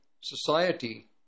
society